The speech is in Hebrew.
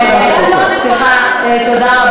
תודה.